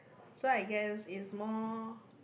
so I guess is more